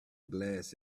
glanced